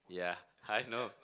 yeah hi no